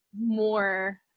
more